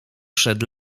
przed